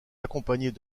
accompagnées